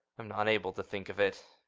i'm not able to think of it.